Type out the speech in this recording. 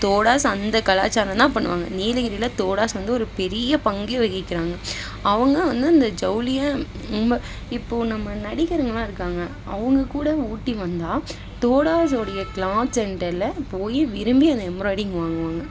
தோடாஸ் அந்த கலாச்சாரம் தான் பண்ணுவாங்க நீலகிரியில் தோடாஸ் வந்து ஒரு பெரிய பங்கே வகிக்கிறாங்க அவங்க வந்து இந்த ஜவுளியை நம்ம இப்போ நம்ம நடிகருங்கள்லாம் இருக்காங்க அவங்ககூட ஊட்டி வந்தால் தோடாஸ் ஓடிய க்ளாத் சென்டரில் போய் விரும்பி அந்த எம்ப்ராய்டிங் வாங்குவாங்க